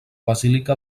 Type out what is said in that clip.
basílica